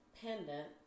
pendant